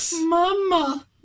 Mama